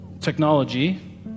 technology